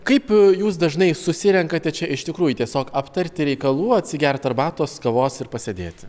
kaip jūs dažnai susirenkate čia iš tikrųjų tiesiog aptarti reikalų atsigerti arbatos kavos ir pasėdėti